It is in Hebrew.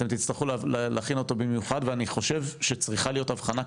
אתם תצטרכו להכין אותו במיוחד ואני חושב שצריכה להיות הבחנה כזאת.